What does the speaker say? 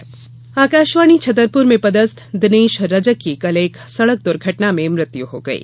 दुर्घटना आकाशवाणी छतरपुर में पदस्थ दिनेश रजक की कल एक सड़क दुर्घटना मृत्यु हो गयी